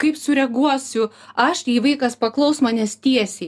kaip sureaguosiu aš jei vaikas paklaus manęs tiesiai